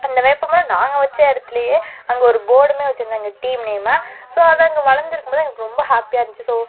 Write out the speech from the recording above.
அந்த வேப்ப மரம் நாங்கள் வைச்ச இடத்துலயே அங்கே ஒரு போர்டுமே வச்சுருந்தாங்க டீம் நேமை ஸோ அது அங்கே வளர்ந்துருக்கும்போது எங்களுக்கு ரொம்ப ஹேப்பியாக இருந்துச்சு ஸோ